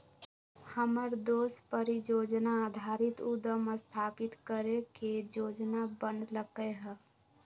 हमर दोस परिजोजना आधारित उद्यम स्थापित करे के जोजना बनलकै ह